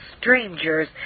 strangers